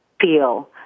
feel